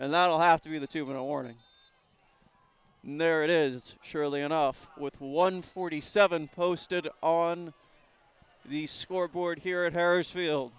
and that will have to be the two minute warning and there it is surely enough with one forty seven posted on the scoreboard here at harris field